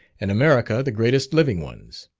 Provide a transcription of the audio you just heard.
and america the greatest living ones.